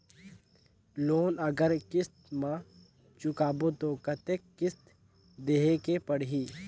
Loan अगर किस्त म चुकाबो तो कतेक किस्त देहेक पढ़ही?